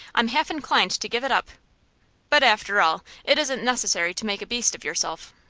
i'm half inclined to give it up but, after all, it isn't necessary to make a beast of yourself.